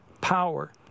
power